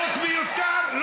חוק מיותר.